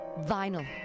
Vinyl